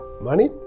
Money